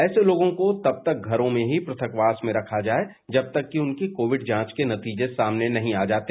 ऐसे लोगों को तब तक घरों में ही पृथकवास में रखा जाये तब तक कि उनकी कोविड जांच के नतीजे सामने नहीं आ जाते